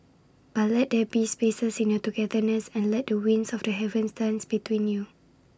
but let there be spaces in your togetherness and let the winds of the heavens dance between you